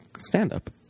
stand-up